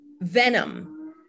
venom